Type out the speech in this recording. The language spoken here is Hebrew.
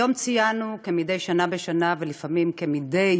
היום ציינו בכנסת, כמדי שנה בשנה, ולפעמים כמדי